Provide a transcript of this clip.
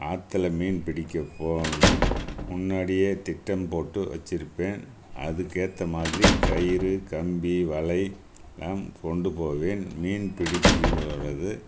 ஆற்றுல மீன் பிடிக்க போகணுன்னா முன்னாடியே திட்டம் போட்டு வச்சுருப்பேன் அதுக்கு ஏற்ற மாதிரி கயிறு கம்பி வலை எல்லாம் கொண்டு போவேன் மீன் பிடிக்கும் பொழுது